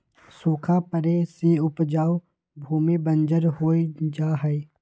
सूखा पड़े से उपजाऊ भूमि बंजर हो जा हई